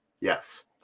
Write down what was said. Yes